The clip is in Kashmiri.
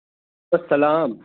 ہَے سَلام